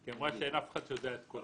כי היא אמרה שאין אף אחד שיודע את כל